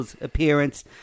appearance